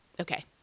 Okay